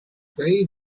they